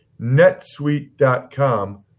netsuite.com